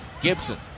Gibson